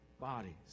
bodies